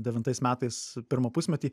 devintais metais pirmą pusmetį